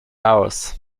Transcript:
ours